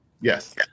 Yes